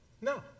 No